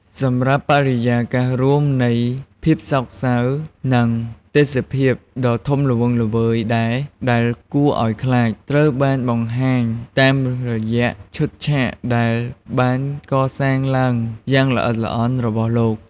សម្រាប់បរិយាកាសរួមនៃ ភាពសោគសៅ និងទេសភាពដ៏ធំល្វឹងល្វើយដែរ ដែលគួរឲ្យខ្លាច ត្រូវបានបង្ហាញតាមរយៈឈុតឆាកដែលបានកសាងឡើងយ៉ាងល្អិតល្អន់របស់លោក។